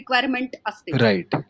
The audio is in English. Right